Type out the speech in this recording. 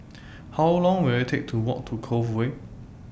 How Long Will IT Take to Walk to Cove Way